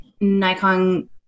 Nikon